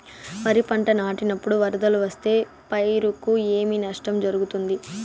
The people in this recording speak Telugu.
వరిపంట నాటినపుడు వరదలు వస్తే పైరుకు ఏమి నష్టం జరుగుతుంది?